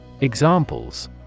Examples